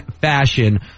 fashion